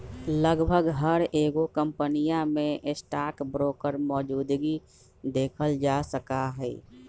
लगभग हर एगो कम्पनीया में स्टाक ब्रोकर मौजूदगी देखल जा सका हई